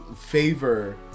favor